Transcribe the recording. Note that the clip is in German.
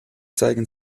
zeigen